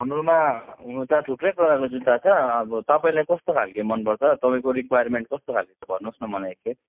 हाम्रोमा हुनु त थुप्रै प्रकारको जुत्ता छ अब तपाईँलाई कस्तो खालको मनपर्छ तपाईँको रिक्वायरमेन्ट कस्तो खालको छ भन्नोस् न मलाई एकखेप